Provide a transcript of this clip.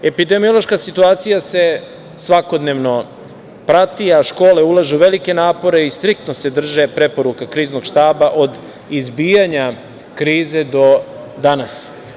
Epidemiološka situacija se svakodnevno prati, a škole ulažu velike napore i striktno se drže preporuka Kriznog štaba od izbijanja krize do danas.